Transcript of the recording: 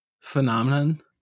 phenomenon